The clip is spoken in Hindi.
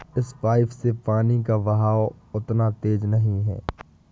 इस पाइप से पानी का बहाव उतना तेज नही है